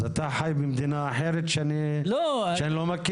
אז אתה חי במדינה אחרת שאני לא מכיר?